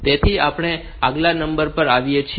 તેથી આપણે આગલા નંબર પર આવ્યા છીએ